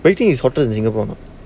beijing is hotter than singapore